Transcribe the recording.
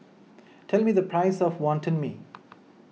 tell me the price of Wantan Mee